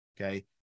Okay